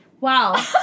Wow